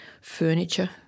furniture